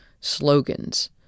slogans